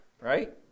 right